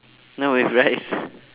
no with rice